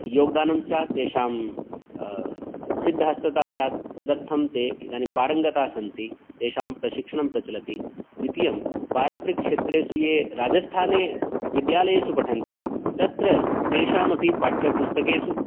योगदानं स्यात् तेषां सिद्धहस्तता स्यात् तदर्थं ते इदानीं पारङ्गताः सन्ति तेषां प्रशिक्षणं प्रचलति द्वितीयं पारम्परिकक्षेत्रेषे ये राजस्थाने विद्यालयेषु पठन्ति तत्र तेषामपि पाठ्यपुस्तकेषु